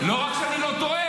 לא רק שאני לא טועה,